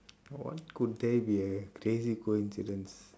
what could there be a crazy coincidence